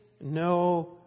no